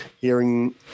hearing